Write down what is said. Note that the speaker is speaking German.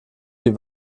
die